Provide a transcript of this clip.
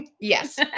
yes